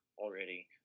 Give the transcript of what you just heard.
already